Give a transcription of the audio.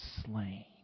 slain